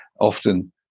often